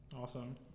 Awesome